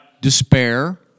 despair